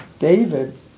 David